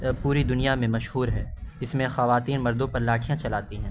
پوری دنیا میں مشہور ہے اس میں خواتین مردو پرلاٹھیاں چلاتی ہیں